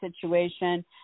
situation